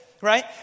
right